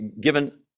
given